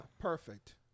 perfect